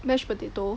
mashed potato